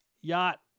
yacht